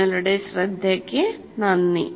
നിങ്ങളുടെ ശ്രദ്ധയ്ക്ക് നന്ദി